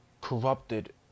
Corrupted